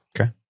okay